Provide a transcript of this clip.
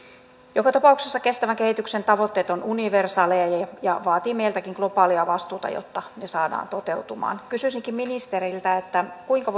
joka tapauksessa kestävän kehityksen tavoitteet ovat universaaleja ja ja vaatii meiltäkin globaalia vastuuta jotta ne saadaan toteutumaan kysyisinkin ministeriltä kuinka